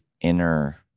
inner